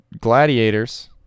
Gladiators